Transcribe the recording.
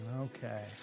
Okay